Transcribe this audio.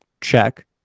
Check